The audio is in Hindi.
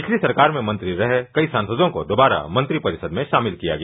पिछली सरकार में मंत्री रहे कई सांसदों को दोबारा मंत्रिपरिषद में शामिल किया गया